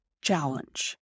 challenge